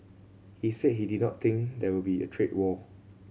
he said he did not think that there will be a trade war